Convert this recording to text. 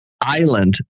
Island